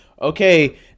okay